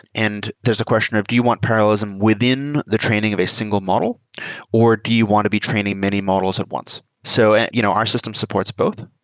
and there's a question of do you want parallelism within the training of a single model or do you want to be training many models of once? so and you know our system supports both.